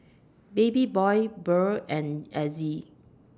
Babyboy Beryl and Azzie